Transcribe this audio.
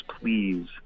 please